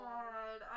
God